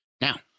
Now